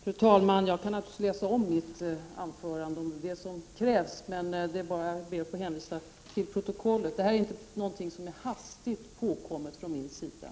Fru talman! Jag kan naturligtvis läsa om mitt anförande, om det är det som krävs. Men jag ber att få hänvisa till protokollet. Vad jag sade är inte någonting som är hastigt påkommet från min sida.